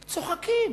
צוחקים.